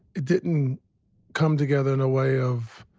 it didn't come together in a way of,